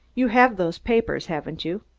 you have those papers, haven't you?